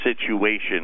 situation